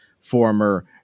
former